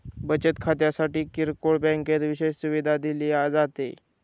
बचत खात्यासाठी किरकोळ बँकेत विशेष सुविधा दिली जाते